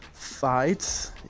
fights